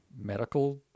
medical